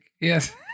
Yes